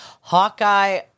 Hawkeye